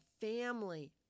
family